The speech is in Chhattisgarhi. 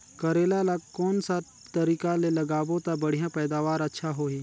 करेला ला कोन सा तरीका ले लगाबो ता बढ़िया पैदावार अच्छा होही?